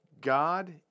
God